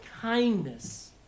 kindness